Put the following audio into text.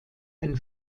ein